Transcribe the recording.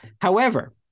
However-